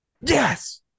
Yes